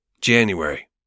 January